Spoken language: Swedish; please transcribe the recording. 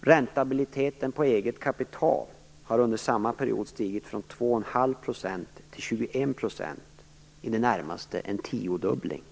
Räntabiliteten på eget kapital har under samma period stigit från 2 1⁄2 % till 21 %, i det närmaste en tiodubbling!